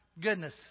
goodness